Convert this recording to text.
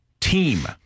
team